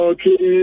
Okay